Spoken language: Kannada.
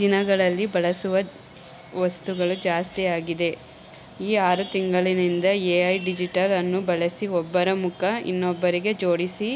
ದಿನಗಳಲ್ಲಿ ಬಳಸುವ ವಸ್ತುಗಳು ಜಾಸ್ತಿಯಾಗಿದೆ ಈ ಆರು ತಿಂಗಳಿನಿಂದ ಎ ಐ ಡಿಜಿಟಲನ್ನು ಬಳಸಿ ಒಬ್ಬರ ಮುಖ ಇನ್ನೊಬ್ಬರಿಗೆ ಜೋಡಿಸಿ